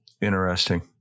Interesting